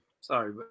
Sorry